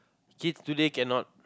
kids today cannot